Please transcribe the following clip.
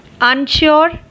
unsure